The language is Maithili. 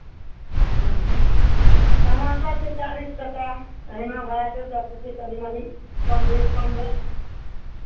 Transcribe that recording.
ह्म्म टमाटर छै चालीस टाका अहिना भाव छै सभकिछुमे कनि मनि कम बेस कम बेस